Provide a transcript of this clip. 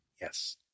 Yes